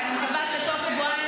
ואני מקווה שבתוך שבועיים